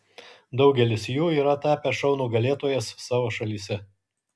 daugelis jų yra tapę šou nugalėtojais savo šalyse